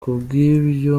kubw’ibyo